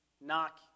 knock